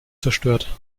zerstört